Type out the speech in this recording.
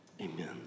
Amen